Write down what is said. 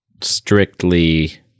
strictly